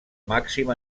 màxim